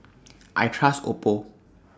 I Trust Oppo